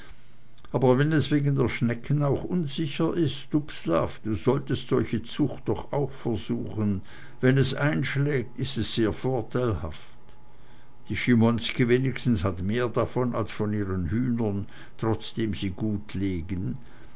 aber wenn es wegen der schnecken auch unsicher ist dubslav du solltest solche zucht doch auch versuchen wenn es einschlägt ist es sehr vorteilhaft die schimonski wenigstens hat mehr davon als von ihren hühnern trotzdem sie gut legen